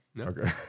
Okay